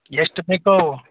ಎಷ್ಟು ಬೇಕು ಅವು